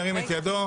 ירים את ידו.